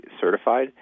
certified